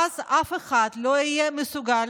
ואז אף אחד לא יהיה מסוגל